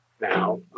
now